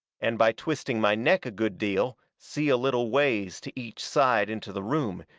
and by twisting my neck a good deal, see a little ways to each side into the room,